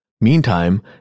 Meantime